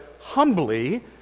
humbly